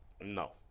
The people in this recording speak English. No